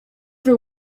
for